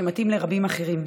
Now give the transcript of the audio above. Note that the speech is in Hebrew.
שמתאים לרבים אחרים.